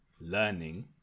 learning